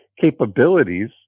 capabilities